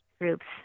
groups